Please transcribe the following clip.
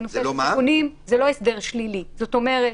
זאת אומרת,